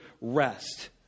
rest